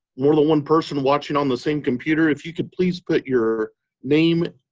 more than one person watching on the same computer, if you could please put your name